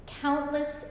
Countless